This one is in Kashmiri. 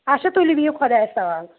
اچھا تُلِو بِہِو خۄدایَس حوال